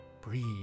breathe